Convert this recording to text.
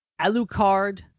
Alucard